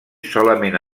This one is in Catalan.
solament